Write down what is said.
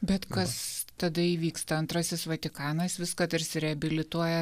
bet kas tada įvyksta antrasis vatikanas viską tarsi reabilituoja